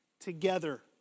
together